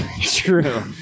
true